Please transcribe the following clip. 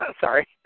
Sorry